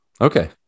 Okay